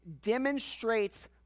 demonstrates